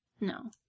No